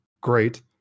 great